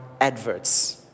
adverts